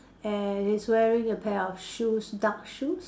and he's wearing a pair of shoes dark shoes